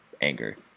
anger